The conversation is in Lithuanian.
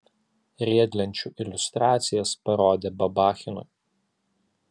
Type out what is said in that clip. riedlenčių iliustracijas parodė babachinui